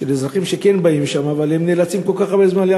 של אזרחים שבאים לשם אבל נאלצים להמתין כל כך הרבה זמן,